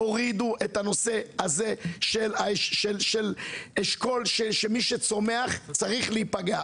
תורידו את הנושא הזה של אשכול שמי שצומח צריך להיפגע,